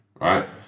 right